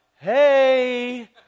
hey